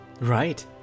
Right